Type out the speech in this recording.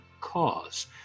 Cause